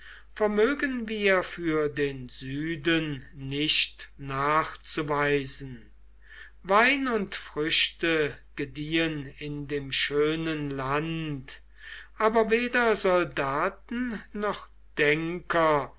vermögen wir für den süden nicht nachzuweisen wein und früchte gediehen in dem schönen land aber weder soldaten noch denker